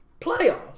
Playoffs